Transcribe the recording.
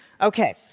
Okay